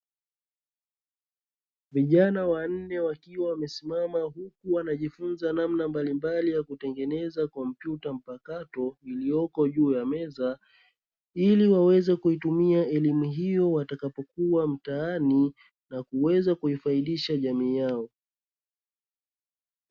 Vijana wanne wakiwa wamesimama huku wanajifunza namna mbalimbali ya kutengeneza kompyuta mpakato iliyoko juu ya meza, ili waweze kuitumia elimu hiyo watakapokuwa mtaani na kuweza kuifaidisha jamii yao.